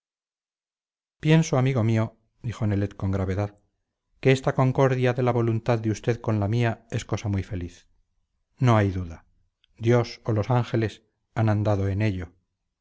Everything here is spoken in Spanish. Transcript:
pienso amigo mío dijo nelet con gravedad que esta concordia de la voluntad de usted con la mía es cosa muy feliz no hay duda dios o los ángeles han andado en ello